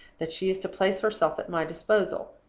that she is to place herself at my disposal.